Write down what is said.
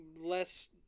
less